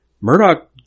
Murdoch